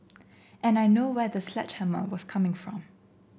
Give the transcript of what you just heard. and I know where the sledgehammer was coming from